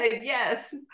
Yes